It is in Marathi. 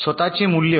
स्वतःचे मूल्य